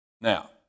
Now